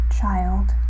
child